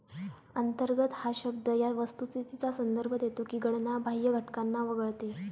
अंतर्गत हा शब्द या वस्तुस्थितीचा संदर्भ देतो की गणना बाह्य घटकांना वगळते